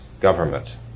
government